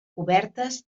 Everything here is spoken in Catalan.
cobertes